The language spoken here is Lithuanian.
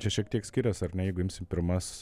čia šiek tiek skirias ar ne jeigu imsim pirmas